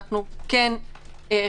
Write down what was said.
את רואה גם את האנשים האחרים,